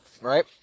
Right